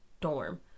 dorm